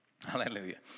Hallelujah